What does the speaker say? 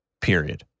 period